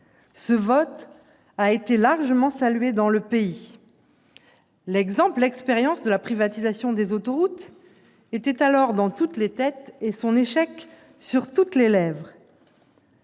Ce vote a été largement salué dans le pays. L'exemple de la privatisation des autoroutes était alors dans toutes les têtes et son échec sur toutes les lèvres.